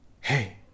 Hey